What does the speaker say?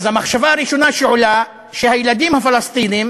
המחשבה הראשונה שעולה היא שהילדים הפלסטינים